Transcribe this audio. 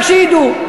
רק שידעו.